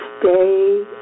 Stay